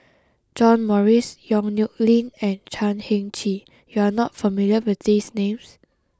John Morrice Yong Nyuk Lin and Chan Heng Chee you are not familiar with these names